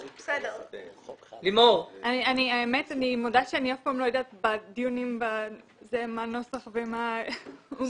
אני מודה שאני אף פעם לא יודעת בדיונים מה נוסח ומה המהות.